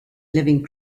living